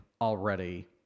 already